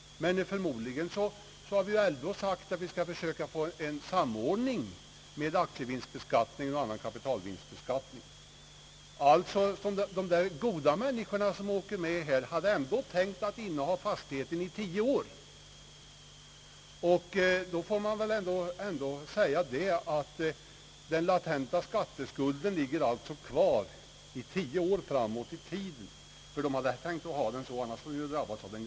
Men vi har ändå sagt att vi skall försöka få en samordning med aktievinstbeskattningen och annan kapitalvinstbeskattning. De goda människorna som följer med hade alltså ändå tänkt att inneha fastigheten i tio år — annars hade de ju drabbats av den gamla beskattningen. Då får man väl ändå säga att latenta skatteskulder ligger kvar tio år i tiden.